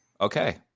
Okay